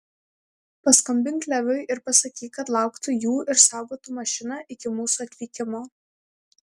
paskambink leviui ir pasakyk kad lauktų jų ir saugotų mašiną iki mūsų atvykimo